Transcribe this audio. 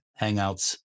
hangouts